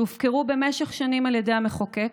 שהופקרו במשך שנים על ידי המחוקק,